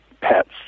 pets